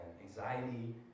anxiety